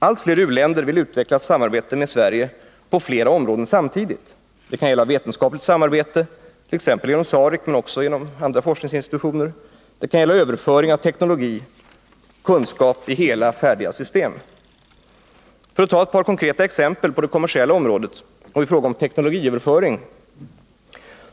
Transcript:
Allt fler u-länder vill utveckla ett samarbete med Sverige på flera områden samtidigt; det kan gälla vetenskapligt samarbete, t.ex. genom SAREC, eller överföring av teknologi och kunskapi hela, färdiga system. Låt oss ta ett par konkreta exempel på det kommersiella området och i fråga om teknologiöverföring.